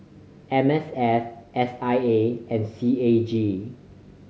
M S F S I A and C A G